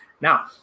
now